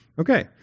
Okay